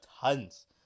tons